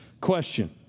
question